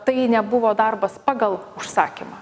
tai nebuvo darbas pagal užsakymą